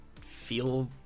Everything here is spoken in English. feel